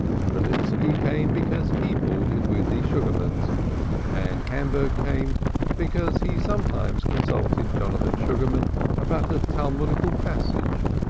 strelitski came because he boarded with the sugarmans and hamburg came because he sometimes consulted jonathan sugarman about a talmudical passage.